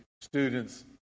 students